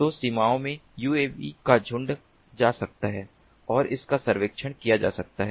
तो सीमाओं में यूएवी का झुंड जा सकता है और इसका सर्वेक्षण किया जा सकता है